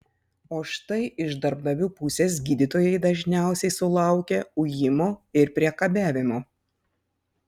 o štai iš darbdavių pusės gydytojai dažniausiai sulaukia ujimo ir priekabiavimo